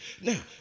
Now